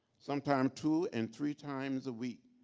sometimes two and three times a week,